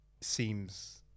seems